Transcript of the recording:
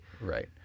right